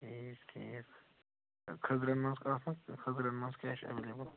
ٹھیک ٹھیک کھزٕرَن منٛز کانٛہہ کھزٕرَن منٛز کیٛاہ چھِ ایٚویلِبل